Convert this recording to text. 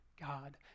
God